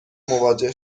مواجه